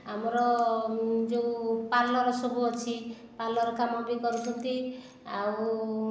ଆମର ଯେଉଁ ପାର୍ଲର ସବୁ ଅଛି ପାର୍ଲର କାମ ବି କରୁଛନ୍ତି ଆଉ